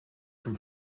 from